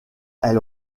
elle